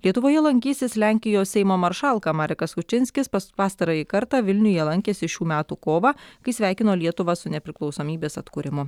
lietuvoje lankysis lenkijos seimo maršalka marekas kučinskis pas pastarąjį kartą vilniuje lankėsi šių metų kovą kai sveikino lietuvą su nepriklausomybės atkūrimu